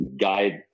guide